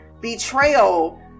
betrayal